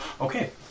Okay